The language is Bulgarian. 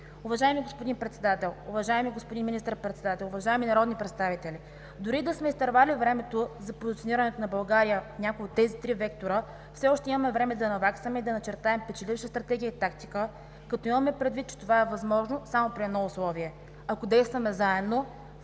Уважаеми господин Председател, уважаеми господин Министър-председател, уважаеми народни представители! Дори и да сме изтървали времето за позиционирането на България в някои от тези три вектора, все още имаме време да наваксаме и да начертаем печеливша стратегия и тактика, като имаме предвид, че това е възможно само при едно условие: ако действаме заедно с